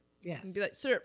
Yes